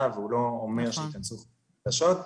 והוא לא אומר שייכנסו אוכלוסיות חדשות.